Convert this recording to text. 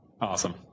Awesome